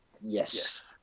yes